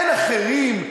אין אחרים?